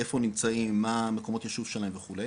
איפה נמצאים, מה מקומות היישוב שלהם וכו',